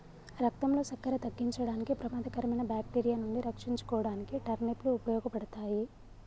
రక్తంలో సక్కెర తగ్గించడానికి, ప్రమాదకరమైన బాక్టీరియా నుండి రక్షించుకోడానికి టర్నిప్ లు ఉపయోగపడతాయి